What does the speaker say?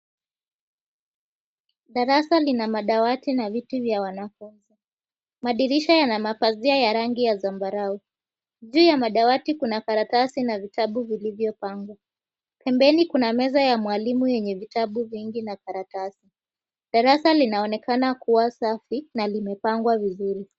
Darasa lina madawati na viti vya wanafunzi madirisha Yana mapazia ya rangi ya zambarau juu ya madawati kuna karatasi na vitabu vilivyopangwa, pembeni kuna meza ya mwalimu yenye vitabu vingi na karatasi darasa linaonekana kuwa safi na limepangwa vizuri.